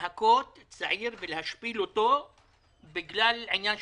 להכות צעיר ולהשפיל אותו בגלל מסכה?